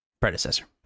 predecessor